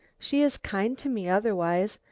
she is kind to me otherwise,